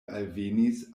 alvenis